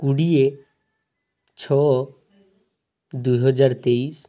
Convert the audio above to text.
କୋଡ଼ିଏ ଛଅ ଦୁଇହଜାର ତେଇଶ